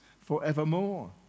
forevermore